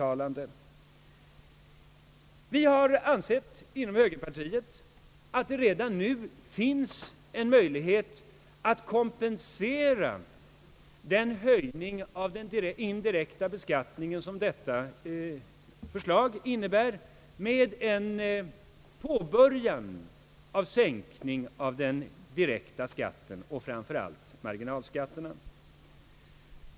Vi i högerpartiet har ansett att det redan nu finns en möjlighet att kompensera den höjning av den indirekta skatten, som detta förslag innebär, med ett påbörjande av sänkning av den direkta skatten, framför allt marginalskatterna.